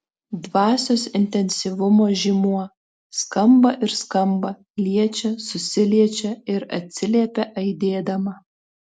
dvasios intensyvumo žymuo skamba ir skamba liečia susiliečia ir atsiliepia aidėdama